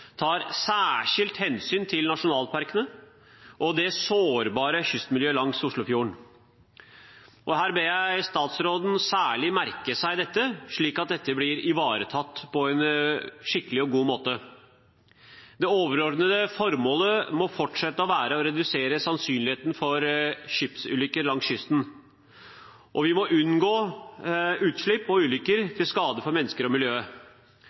tar særskilt hensyn til nasjonalparkene og det sårbare kystmiljøet langs Oslofjorden. Og jeg ber statsråden særlig merke seg dette, slik at det blir ivaretatt på en skikkelig og god måte. Det overordnede formålet må fortsatt være å redusere sannsynligheten for skipsulykker langs kysten, og vi må unngå utslipp og ulykker til skade for mennesker og miljøet.